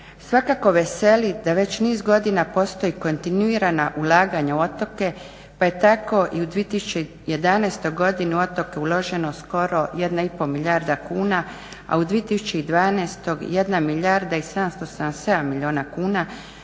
Svakako veseli da već niz godina postoje kontinuirana ulaganja u otoke, pa je tako i u 2011. godini u otoke uloženo skoro jedna i pol milijarda kuna, a u 2012. jedna milijarda